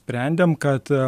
sprendėm kad